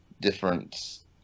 different